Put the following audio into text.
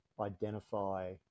identify